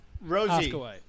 Rosie